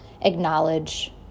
acknowledge